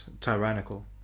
tyrannical